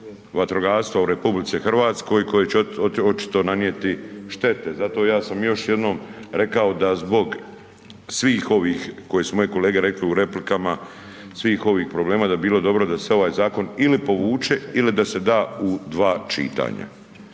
u RH koje će očito nanijeti štete. Zato ja sam još jednom rekao da zbog svih ovih koje su moji kolege rekli u replikama, svih ovih problema da bi bilo dobro da se ovaj zakon ili povuče ili da se da u 2 čitanja.